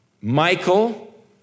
Michael